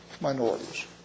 minorities